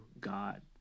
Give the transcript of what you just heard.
God